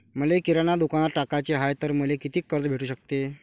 मले किराणा दुकानात टाकाचे हाय तर मले कितीक कर्ज भेटू सकते?